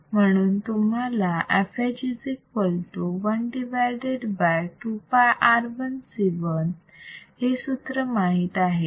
म्हणून तुम्हाला fH 12πR1C1 हे सूत्र माहित आहे